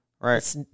Right